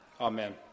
Amen